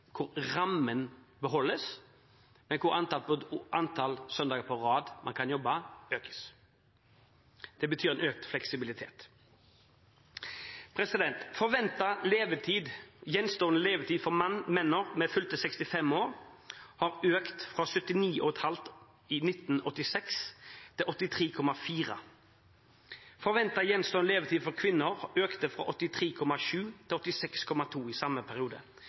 hvor rammen beholdes, men hvor antallet søndager på rad man kan jobbe, økes. Det betyr en økt fleksibilitet. Forventet levetid for menn ved fylte 65 år har økt fra 79,5 år i 1986 til 83,4 år i 2013. Forventet levetid for kvinner økte fra 83,7 år til 86,2 år i samme periode.